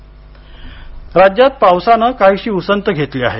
पाऊस राज्यात पावसानं काहीशी उसंत घेतली आहे